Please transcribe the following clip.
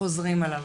חוזרים עליו.